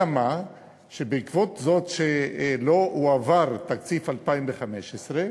אלא מה, בעקבות זאת שלא הועבר תקציב 2015,